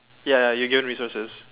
ya ya you get resources